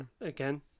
again